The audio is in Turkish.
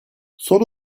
son